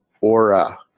Aura